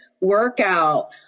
workout